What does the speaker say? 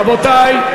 רבותי,